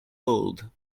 old